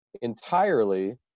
entirely